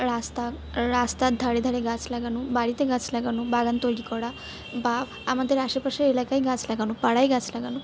রাস্তা রাস্তার ধারে ধারে গাছ লাগানো বাড়িতে গাছ লাগানো বাগান তৈরি করা বা আমাদের আশেপাশের এলাকায় গাছ লাগানো পাড়ায় গাছ লাগানো